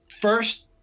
first